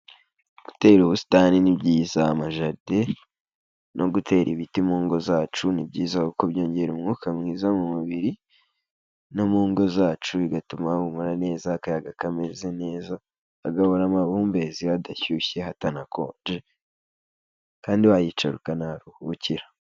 Gutera ubusitani ni byiza amajaride no gutera ibiti mu ngo zacu, ni byiza ukabyongera umwuka mwiza mu mubiri no mu ngo zacu bigatuma bahumura neza akayaga kameze neza, hagahora amabumbezi hadashyushye hatanakonje, kandi wayicara ukanaruhukira.